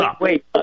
wait